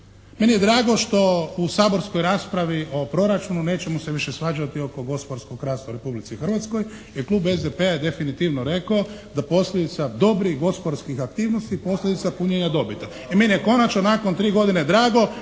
Meni je drago što u saborskoj raspravi o proračunu nećemo se više svađati oko gospodarskog rasta u Republici Hrvatskoj, jer klub SDP-a je definitivno rekao da posljedica dobrih gospodarskih aktivnosti posljedica punjenja dobita i meni je konačno nakon tri godine drago